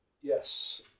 Yes